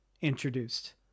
introduced